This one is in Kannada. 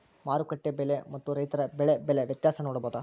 ಮಾರುಕಟ್ಟೆ ಬೆಲೆ ಮತ್ತು ರೈತರ ಬೆಳೆ ಬೆಲೆ ವ್ಯತ್ಯಾಸ ನೋಡಬಹುದಾ?